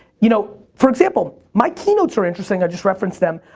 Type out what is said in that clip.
you know, for example, my keynotes are interesting, i just referenced them.